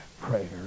prayer